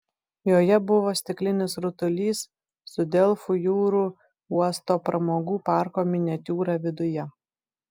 joje buvo stiklinis rutulys su delfų jūrų uosto pramogų parko miniatiūra viduje